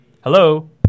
Hello